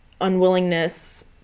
unwillingness